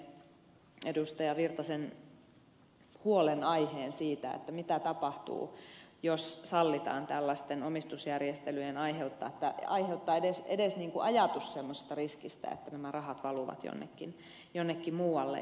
virtasen huolenaiheen siitä mitä tapahtuu jos sallitaan tällaisten omistusjärjestelyjen aiheuttaa edes ajatuksen semmoisesta riskistä että nämä rahat valuvat jonnekin muualle